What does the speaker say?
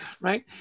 right